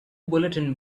bulletin